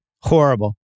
Horrible